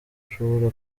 ushobora